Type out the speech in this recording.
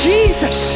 Jesus